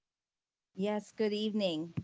yes, good evening.